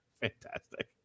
Fantastic